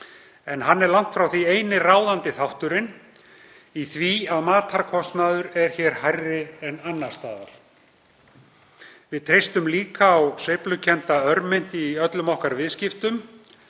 en hann er langt frá því eini ráðandi þátturinn í því að matarkostnaður er hér hærri en annars staðar. Við treystum líka á sveiflukennda örmynt í öllum okkar viðskiptum.